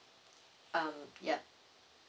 um yup